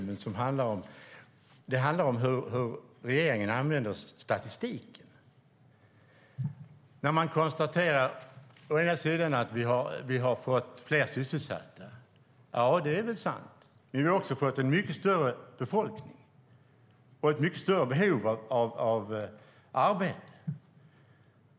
Den handlar om hur regeringen använder statistiken när man konstaterar att vi har fått fler sysselsatta. Ja, det är väl sant, men vi har också fått en mycket större befolkning och ett mycket större behov av arbete.